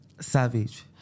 savage